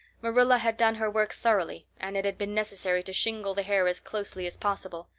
marilla had done her work thoroughly and it had been necessary to shingle the hair as closely as possible.